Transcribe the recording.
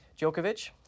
Djokovic